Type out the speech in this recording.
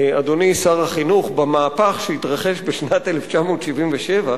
אדוני שר החינוך, במהפך שהתרחש בשנת 1977,